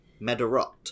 medarot